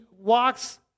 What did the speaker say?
walks